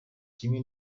kimwe